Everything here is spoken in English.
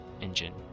engine